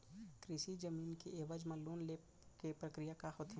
कृषि जमीन के एवज म लोन ले के प्रक्रिया ह का होथे?